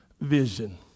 vision